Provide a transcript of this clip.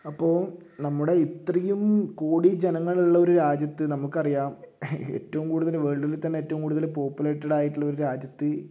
അപ്പോൾ നമ്മുടെ ഇത്രയും കോടി ജനങ്ങളുള്ള ഒരു രാജ്യത്ത് നമുക്കറിയാം ഏറ്റവും കൂടുതൽ വേൾഡിൽ തന്നെ ഏറ്റവും കൂടുതൽ പോപ്പുലേറ്റഡ് ആയിട്ടുള്ള ഒരു രാജ്യത്ത്